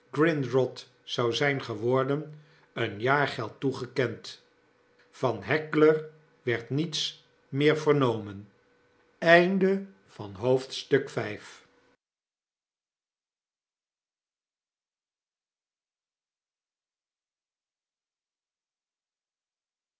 zou zgn geworden een jaargeld toegekend van heckler werd niets meer vernomen